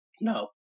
No